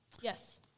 Yes